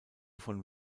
von